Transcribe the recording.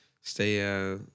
Stay